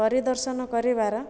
ପରିଦର୍ଶନ କରିବାର